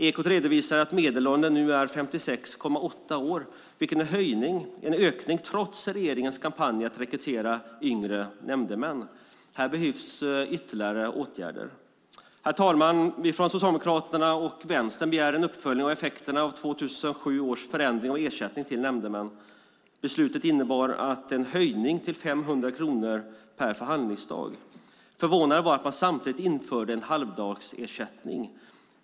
Ekot redovisade att medelåldern nu är 56,8 år, vilket är en ökning trots regeringens kampanj för att rekrytera yngre nämndemän. Här behövs ytterligare åtgärder! Herr talman! Vi från Socialdemokraterna och Vänstern begär en uppföljning beträffande effekterna av 2007 års förändring av ersättningen till nämndemän. Beslutet innebar en höjning till 500 kronor per förhandlingsdag. Förvånande var att man samtidigt införde halvdagsersättning.